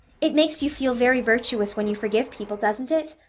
it makes you feel very virtuous when you forgive people, doesn't it?